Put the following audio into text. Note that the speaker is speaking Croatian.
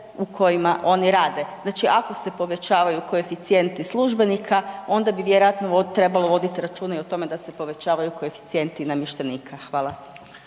Hvala.